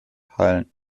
hallen